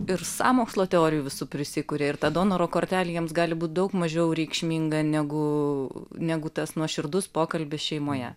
ir sąmokslo teorijų visų prisikuria ir ta donoro kortelė jiems gali būt daug mažiau reikšminga negu negu tas nuoširdus pokalbis šeimoje